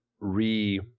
re